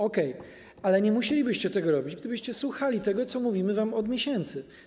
Okej, ale nie musielibyście tego robić, gdybyście słuchali tego, co mówimy wam od miesięcy.